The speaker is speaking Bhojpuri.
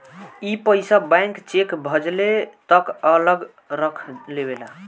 ई पइसा बैंक चेक भजले तक अलग रख लेवेला